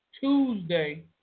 Tuesday